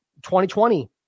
2020